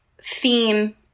theme